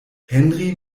henry